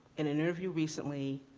an interview recently,